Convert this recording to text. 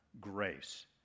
grace